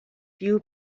few